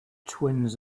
twins